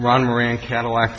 runaround cadillac